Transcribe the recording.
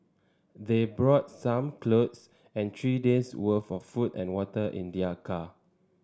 they brought some clothes and three days'worth of food and water in their car